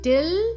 Till